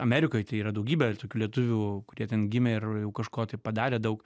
amerikoj tai yra daugybė lietuvių kurie ten gimė ir jau kažko tai padarė daug